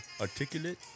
articulate